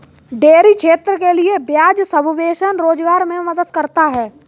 dairy क्षेत्र के लिये ब्याज सबवेंशन रोजगार मे मदद करता है